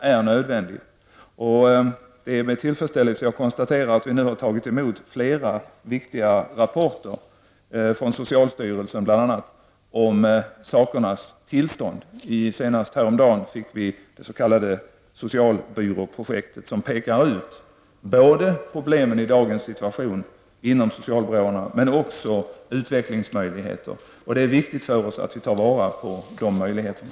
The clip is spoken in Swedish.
Jag konstaterar med tillfredsställelse att vi nu har tagit emot flera viktiga rapporter från bl.a. socialstyrelsen om sakernas tillstånd. Senast häromdagen fick vi det s.k. socialbyråprojektet, som pekar ut inte bara problemen i dagens situation inom socialbyråerna men också utvecklingsmöjligheterna, och det är viktigt för oss att vi tar vara på de möjligheterna.